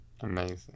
amazing